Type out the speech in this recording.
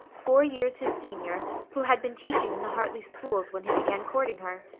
four years his senior, who had been teaching in the hartley schools when he began courting her.